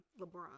LeBron